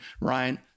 Ryan